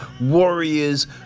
Warriors